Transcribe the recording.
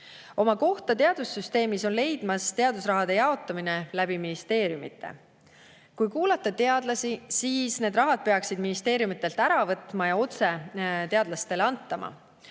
Oma kohta teadussüsteemis on leidmas teadusrahade jaotamine läbi ministeeriumide. Kui kuulata teadlasi, siis need rahad peaks ministeeriumidelt ära võtma ja otse teadlastele andma.